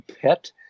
pet